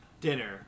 dinner